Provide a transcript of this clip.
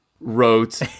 wrote